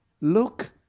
look